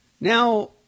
Now